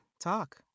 talk